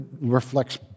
reflects